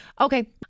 Okay